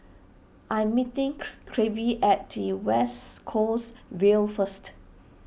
I'm meeting Clevie at T West Coast Vale first